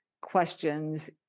questions